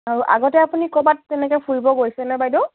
আৰু আগতে আপুনি ক'বাত তেনেকে ফুৰিব গৈছেনে বাইদেউ